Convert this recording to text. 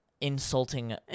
insulting